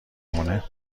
مونه